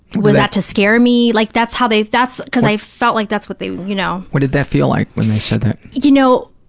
was that to scare me? like, that's how they, that's, because i felt like that's what they, you know. what did that feel like, when they said that? you know,